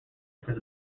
acres